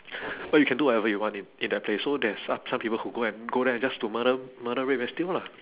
well you can do whatever you want in in that place so there's some some people who go and go there just to murder murder rape and steal lah